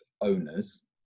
owners